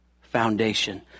foundation